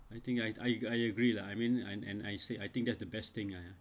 I think I I agree lah I mean and and I said I think that's the best thing ah ya